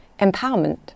empowerment